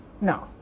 No